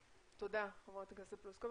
תודה ח"כ פלוסקוב.